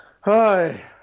Hi